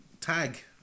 Tag